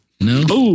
No